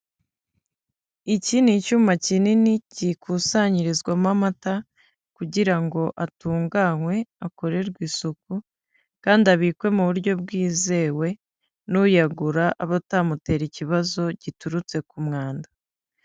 Iki ni icyuma kinini gikusanyirizwamo amata, kugira ngo atunganywe akorerwe isuku kandi abikwe mu buryo bwizewe n'uyagura abe atamutera ikibazo giturutse ku mwanda.